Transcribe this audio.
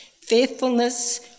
faithfulness